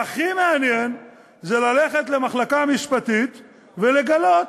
והכי מעניין זה ללכת למחלקה המשפטית ולגלות